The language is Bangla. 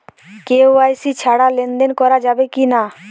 কে.ওয়াই.সি ছাড়া লেনদেন করা যাবে কিনা?